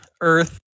Earth